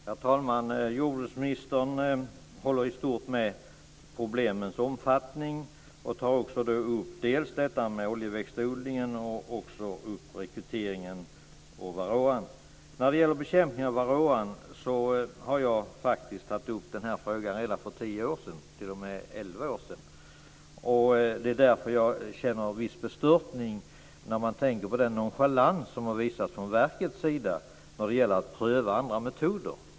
Herr talman! Jordbruksministern håller i stort med om problemens omfattning och tar upp detta med oljeväxtodlingen och även detta med rekryteringen och varroakvalstret. Jag tog faktiskt upp frågan om bekämpning av varroakvalstren redan för tio år sedan. Det är t.o.m. elva år sedan. Det är därför jag känner en viss bestörtning när jag tänker på den nonchalans som har visats från verkets sida när det gäller att pröva andra metoder.